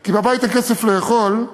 כי בבית אין כסף לאוכל,